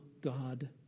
God